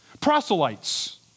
Proselytes